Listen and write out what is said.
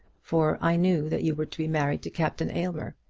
for i knew that you were to be married to captain aylmer.